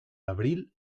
abril